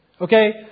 Okay